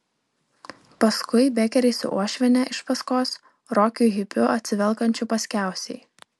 paskui bekeriai su uošviene iš paskos rokiu hipiu atsivelkančiu paskiausiai